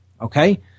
Okay